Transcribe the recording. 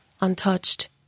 untouched